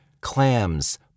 clams